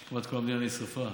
שכמעט כל המדינה נשרפה,